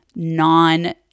non